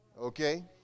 Okay